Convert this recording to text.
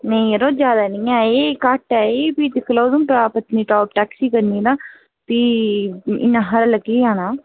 नेईं यरो ज्यादा नी ऐ एह् घट्ट ऐ एह् फ्ही दिक्खी लाओ उधमपुरा दा पत्तनीटाप टैक्सी करनी ना फ्ही इन्ना हारा लग्गी गै जाना